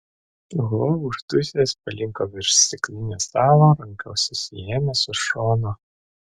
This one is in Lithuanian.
ho uždusęs palinko virš stiklinio stalo ranka susiėmęs už šono